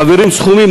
מעבירים כספים,